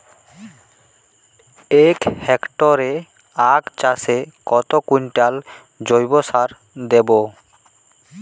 এক হেক্টরে আখ চাষে কত কুইন্টাল জৈবসার দেবো?